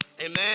Amen